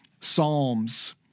Psalms—